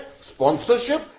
sponsorship